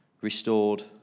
restored